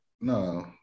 no